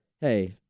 hey